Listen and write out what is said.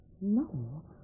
No